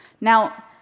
Now